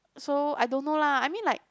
so I don't know lah I mean like